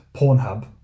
Pornhub